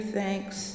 thanks